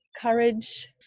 courage